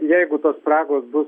jeigu tos spragos bus